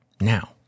Now